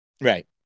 Right